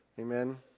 Amen